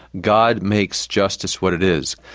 god makes justice what it is.